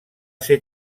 ser